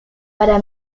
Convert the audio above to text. para